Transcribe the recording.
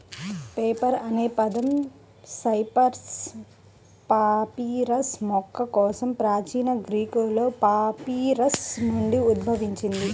paper అనే పదం cyperus papyrus మొక్క కోసం ప్రాచీన గ్రీకులో పాపిరస్ నుండి ఉద్భవించింది